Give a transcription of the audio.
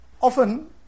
Often